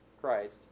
Christ